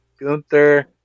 Gunther